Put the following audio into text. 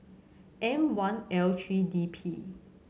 M One L three D P